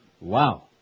wow